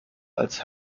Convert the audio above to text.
als